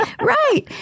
right